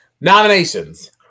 nominations